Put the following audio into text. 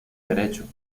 derecho